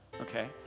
Okay